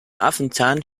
affenzahn